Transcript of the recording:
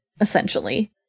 essentially